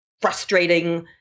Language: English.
frustrating